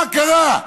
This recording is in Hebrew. מה קרה?